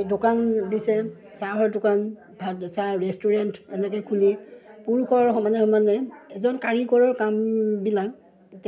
এই দোকান দিছে চাহৰ দোকান ভাত চাহ ৰেষ্টুৰেণ্ট এনেকৈ খুলি পুৰুষৰ সমানে সমানে এজন কাৰিকৰৰ কামবিলাক